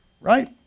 Right